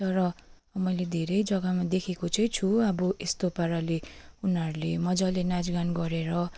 तर मैले धेरै जग्गामा देखेको चाहिँ छु अब यस्तो पाराले उनीहरूले मज्जाले नाचगान गरेर